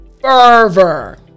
fervor